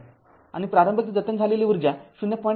२५६ आणि प्रारंभिक जतन झालेली ऊर्जा ०